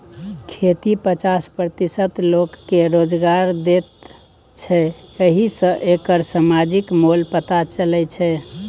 खेती पचास प्रतिशत लोककेँ रोजगार दैत छै एहि सँ एकर समाजिक मोल पता चलै छै